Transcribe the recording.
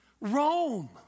Rome